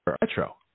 retro